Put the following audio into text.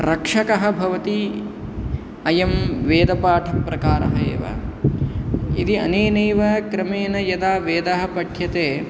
रक्षकः भवति अयं वेदपाठप्रकारः एव यदि अनेनैव क्रमेण यदा वेदः पठ्यते